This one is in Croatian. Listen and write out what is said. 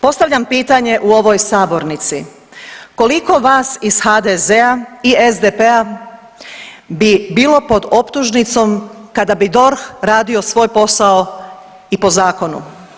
Postavljam pitanje u ovoj sabornici, koliko vas iz HDZ-a i SDP-a bi bilo pod optužnicom kada bi DORH radio svoj posao i po zakonu?